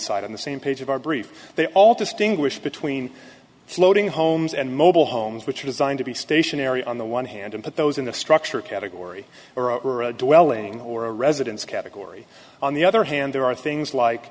cite in the same page of our brief they all distinguish between floating homes and mobile homes which are designed to be stationary on the one hand and put those in the structure category or a developing or a residence category on the other hand there are things like